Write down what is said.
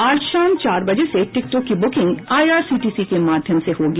आज शाम चार बजे से टिकटों की बुकिंग आइआरसीटीसी के माध्यम से होगी